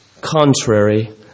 contrary